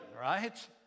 right